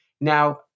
Now